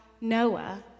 Noah